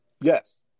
Yes